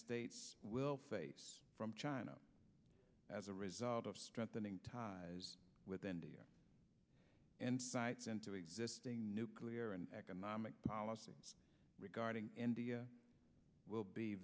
states will face from china as a result of strengthening ties with india and cites into existing nuclear and economic policies regarding india will be